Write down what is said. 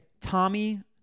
Tommy